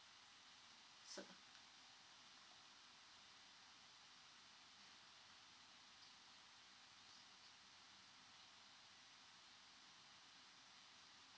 so